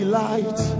light